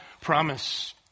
promise